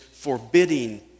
Forbidding